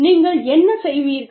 நீங்கள் என்ன செய்வீர்கள்